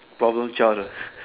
problem child lah